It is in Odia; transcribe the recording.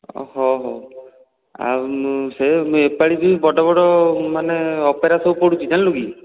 ହଁ ହଉ ହଉ ଆଉ ମୁଁ ସେ ଏ ପାଳି ବି ବଡ ବଡ ମାନେ ଅପେରା ସବୁ ପଡ଼ୁଛି ଜାଣିଲୁ କି